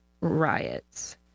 Riots